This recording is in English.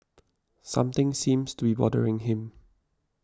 something seems to be bothering him